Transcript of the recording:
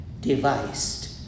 devised